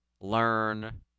learn